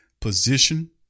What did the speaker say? position